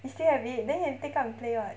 you still have it then you can take out and play [what]